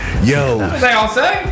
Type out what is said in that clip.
Yo